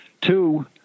Two